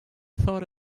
thought